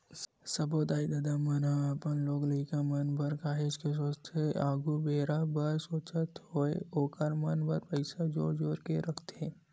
सब्बो दाई ददा मन ह अपन लोग लइका मन बर काहेच के सोचथे आघु बेरा बर सोचत होय ओखर मन बर पइसा जोर जोर के रखथे